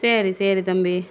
சரி சரி தம்பி